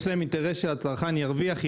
יש להם אינטרס שהצרכן ירוויח,